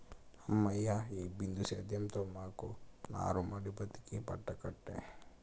హమ్మయ్య, ఈ బిందు సేద్యంతో మా నారుమడి బతికి బట్టకట్టినట్టే